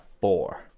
four